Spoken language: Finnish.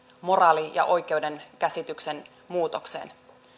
moraali ja oikeuskäsityksen muutokseen